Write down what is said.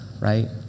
right